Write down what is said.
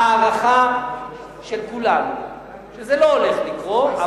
ההערכה של כולנו שזה לא הולך לקרות,